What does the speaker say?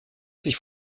sich